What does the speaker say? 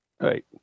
Right